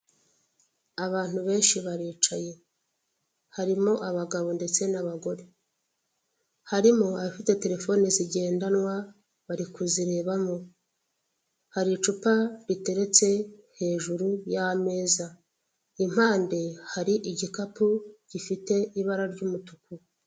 Abantu benshi baricaye harimo abagabo ndetse n'abagore, harimo abafite telefone zigendanwa bari kuzirebamo, haricupa riteretse hejuru y'ameza impande hari igikapu gifite ibara ry'umutuku.